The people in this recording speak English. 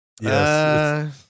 Yes